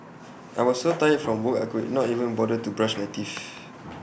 I was so tired from work I could not even bother to brush my teeth